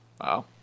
Wow